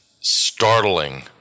startling